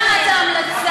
לא ברמת ההמלצה,